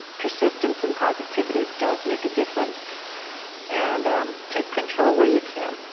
persistence and positivity does make a difference and take control where you can.